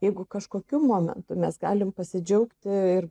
jeigu kažkokiu momentu mes galim pasidžiaugti ir